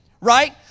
right